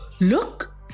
Look